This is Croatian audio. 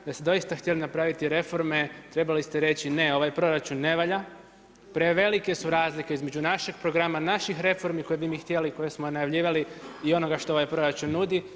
Da ste doista htjeli napraviti reforme trebali ste reći ne, ovaj proračun ne valja, prevelike su razlike između našeg programa naših reformi koje bi mi htjeli i koje smo najavljivali i onoga što ovaj proračun nudi.